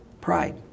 Pride